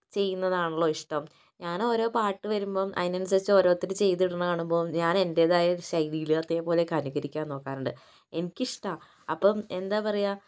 ചെയ്യുന്നത് ആണല്ലോ ഇഷ്ടം ഞാൻ ഓരോ പാട്ട് വരുമ്പോൾ അതിനനുസരിച്ച് ഓരോരുത്തർ ചെയ്തിടുന്ന കാണുമ്പോൾ ഞാൻ എൻ്റെതായ ശൈലിയിൽ അതേപോലെ ഒക്കെ അനുകരിക്കാൻ നോക്കാറുണ്ട് എനിക്ക് ഇഷ്ടമാണ് അപ്പം എന്താ പറയുക